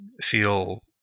feel